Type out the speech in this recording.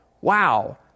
wow